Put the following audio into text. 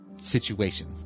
situation